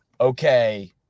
okay